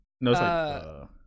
no